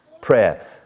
prayer